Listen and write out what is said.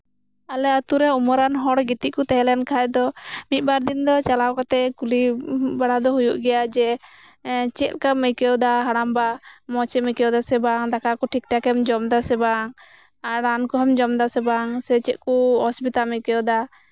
ᱟᱞᱮ ᱟᱛᱳ ᱨᱮ ᱩᱢᱟᱹᱨᱟᱱ ᱦᱚᱲ ᱜᱤᱛᱤᱡ ᱠᱚ ᱛᱟᱦᱮᱸ ᱞᱮᱱᱠᱷᱟᱱ ᱫᱚ ᱢᱤᱫᱵᱟᱨ ᱫᱤᱱ ᱪᱟᱞᱟᱣ ᱠᱟᱛᱮᱜ ᱠᱩᱞᱤ ᱵᱟᱲᱟ ᱫᱚ ᱦᱩᱭᱩᱜ ᱜᱮᱭᱟ ᱪᱮᱫᱞᱮᱠᱟᱢ ᱟᱹᱭᱠᱟᱹᱣ ᱫᱟ ᱦᱟᱲᱟᱢᱵᱟ ᱫᱟᱠᱟ ᱠᱚ ᱴᱷᱤᱠ ᱴᱷᱟᱠᱮᱢ ᱡᱚᱢ ᱫᱟᱥᱮ ᱵᱟᱝ ᱟᱨ ᱨᱟᱱ ᱠᱚᱦᱚᱢ ᱡᱚᱢ ᱫᱟᱥᱮ ᱵᱟᱝ ᱟᱨ ᱪᱮᱫ ᱠᱚ ᱚᱥᱩᱵᱤᱫᱷᱟᱢ ᱟᱹᱭᱠᱟᱹᱣ ᱫᱟ